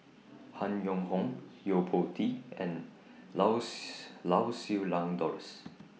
Han Yong Hong Yo Po Tee and Lau's Lau Siew Lang Doris